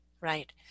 right